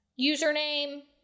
username